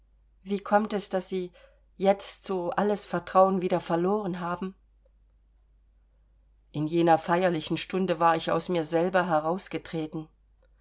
wie kommt es daß sie jetzt so alles vertrauen wieder verloren haben in jener feierlichen stunde war ich aus mir selber herausgetreten